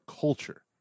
culture